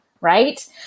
right